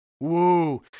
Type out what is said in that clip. Woo